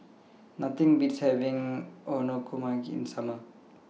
Nothing Beats having Okonomiyaki in The Summer